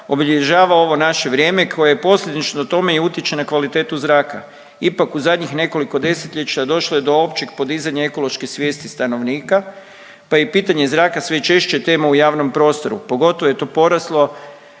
obilježava ovo naše vrijeme koje je posljedično tome i utječe na kvalitetu zraka. Ipak u zadnjih nekoliko desetljeća došlo je do općeg podizanja ekološke svijesti stanovnika, pa je pitanje zraka sve češće tema u javnom prostoru, pogotovo jer je to postalo